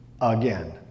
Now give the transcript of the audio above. again